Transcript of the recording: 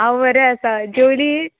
हांव बरें आसा जेवली